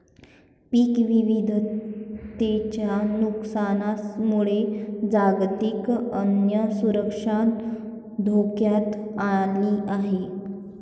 पीक विविधतेच्या नुकसानामुळे जागतिक अन्न सुरक्षा धोक्यात आली आहे